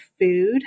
food